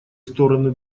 стороны